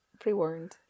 Pre-warned